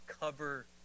cover